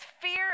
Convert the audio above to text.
fear